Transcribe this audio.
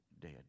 dead